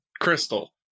crystal